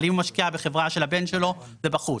אבל אם הוא משקיע בחברה של הבן שלו זה בחוץ,